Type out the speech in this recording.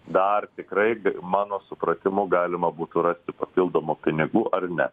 dar tikrai g mano supratimu galima būtų rasti papildomų pinigų ar ne